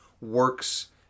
works